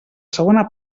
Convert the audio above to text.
segona